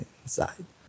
inside